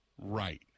right